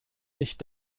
nicht